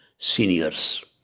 seniors